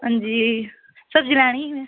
हां जी सब्जी लैनी ही में